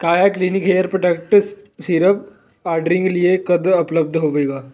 ਕਾਇਆ clinic hair protective serum ordering ਲਈ ਕਦੋਂ ਉਪਲੱਬਧ ਹੋਵੇਗਾ